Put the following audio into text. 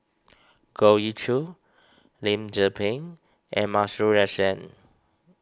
Goh Ee Choo Lim Tze Peng and Masuri S N